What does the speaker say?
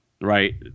Right